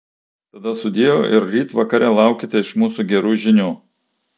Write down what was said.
tada sudieu ir ryt vakare laukite iš mūsų gerų žinių